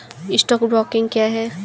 Stock broking क्या है?